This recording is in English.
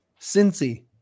Cincy